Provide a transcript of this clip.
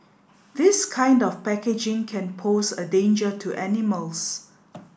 this kind of packaging can pose a danger to animals